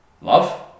love